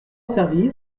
servir